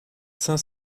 cinq